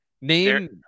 Name